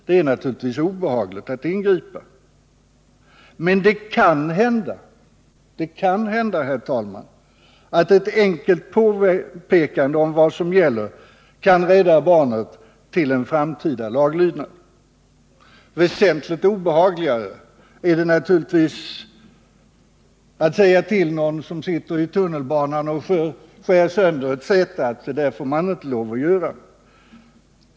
Det är naturligtvis obehagligt att ingripa, men det kan hända, herr talman, att ett enkelt påpekande om vad som gäller kan rädda barnet till en framtida laglydnad. Väsentligt obehagligare är det naturligtvis att säga till någon som sitter i tunnelbanan och skär sönder ett säte: Så där får man inte lov att göra!